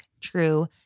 true